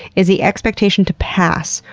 is the expectation to pass,